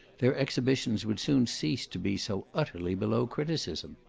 their exhibitions would soon cease to be so utterly below criticism.